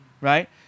Right